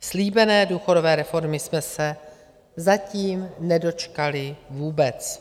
Slíbené důchodové reformy jsme se zatím nedočkali vůbec.